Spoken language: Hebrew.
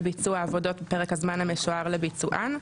ביצוע העבודות ופרק הזמן המשוער לביצוען,